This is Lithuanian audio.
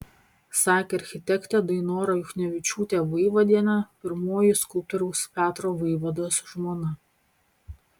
sakė architektė dainora juchnevičiūtė vaivadienė pirmoji skulptoriaus petro vaivados žmona